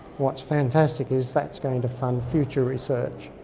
what's fantastic is that's going to fund future research.